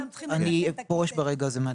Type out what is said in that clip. אני פורש ברגע זה מהדיון.